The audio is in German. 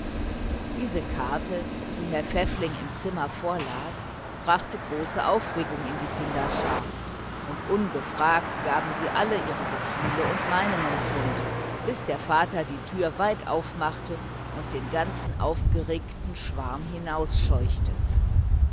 diese karte die herr pfäffling im zimmer vorlas brachte große aufregung in die kinderschar und ungefragt gaben sie alle ihre gefühle und meinungen kund bis der vater die türe weit aufmachte und den ganzen aufgeregten schwarm